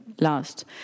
last